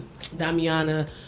damiana